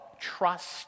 trust